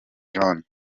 jaune